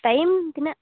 time ᱛᱤᱱᱟᱹᱜ